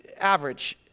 average